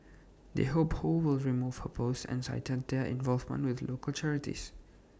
they hope ho will remove her post and cited their involvement with local charities